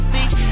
Beach